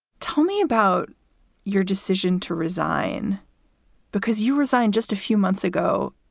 tell me about your decision to resign because you resigned just a few months ago.